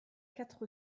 quatre